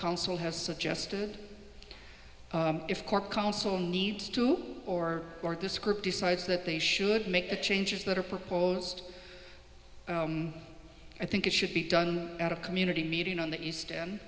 council has suggested if core council needs to or this group decides that they should make the changes that are proposed i think it should be done at a community meeting on the east end